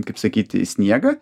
kaip sakyti į sniegą